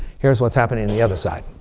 here's what's happening on the other side.